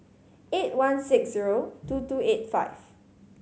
eight one six zero two two eight five